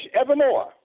evermore